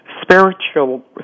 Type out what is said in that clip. spiritual